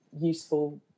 useful